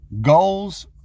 goals